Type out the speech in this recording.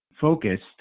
focused